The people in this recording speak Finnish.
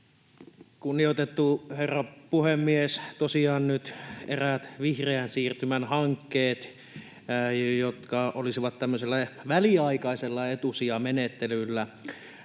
Kunnioitettu herra puhemies! Tosiaan nyt eräät vihreän siirtymän hankkeet olisivat tämmöisellä väliaikaisella etusijamenettelyllä.